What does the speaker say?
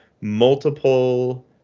multiple